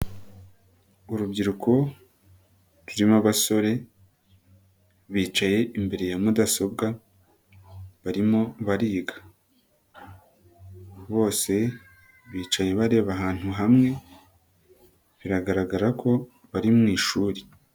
Urubyiruko rurimo abasore, bicaye imbere ya mudasobwa, barimo bariga. Bose bicaye bareba ahantu hamwe, biragaragara ko bari mwishuri.